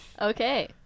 Okay